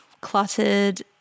cluttered